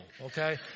okay